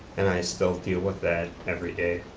and i still deal with that everyday.